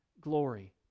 glory